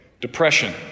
Depression